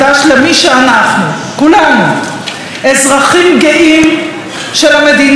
אזרחים גאים של המדינה היהודית היחידה בעולם,